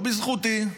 לא בזכותי,